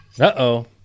uh-oh